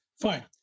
Fine